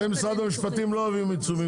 אתם במשרד המשפטים לא אוהבים עיצומים כספיים.